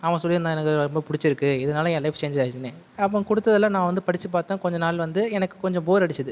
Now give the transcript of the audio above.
அவன் சொல்லியிருந்தான் எனக்கு ரொம்ப பிடிச்சிருக்கு இதனால் என் லைஃப் சேஞ்ஜ் ஆகிருச்சுன்னு அப்போ கொடுத்ததுல நான் வந்து படித்துப் பார்த்த கொஞ்ச நாள் வந்து எனக்கு கொஞ்சம் போர் அடிச்சது